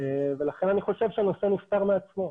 לכן אני חושב שהנושא נפתר מעצמו.